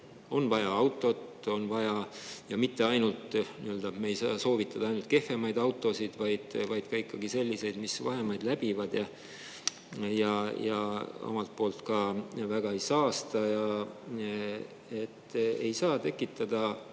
on vaja autot. Ja me ei saa soovitada ainult kehvemaid autosid, vaid ikkagi selliseid, mis vahemaid läbivad ja omalt poolt ka väga ei saasta. Ei saa tekitada